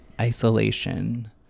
isolation